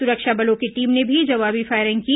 सुरक्षा बलों की टीम ने भी जवाबी फायरिंग की